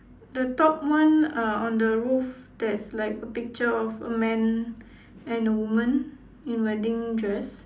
the top one uh on the roof there's like a picture of a man and woman in wedding dress